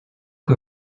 que